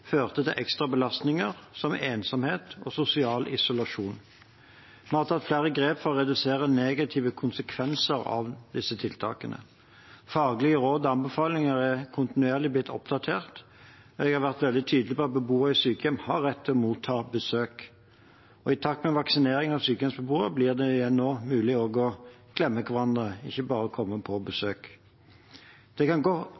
førte til ekstra belastninger som ensomhet og sosial isolasjon. Vi har tatt flere grep for å redusere negative konsekvenser av disse tiltakene. Faglige råd og anbefalinger er kontinuerlig blitt oppdatert. Jeg har vært veldig tydelig på at beboere i sykehjem har rett til å motta besøk, og i takt med vaksinering av sykehjemsbeboere blir det nå mulig også å klemme hverandre, ikke bare komme på besøk. Det kan